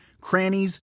crannies